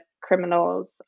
criminals